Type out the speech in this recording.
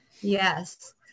Yes